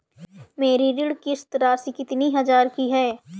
मेरी ऋण किश्त राशि कितनी हजार की है?